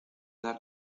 dar